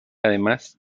además